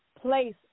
place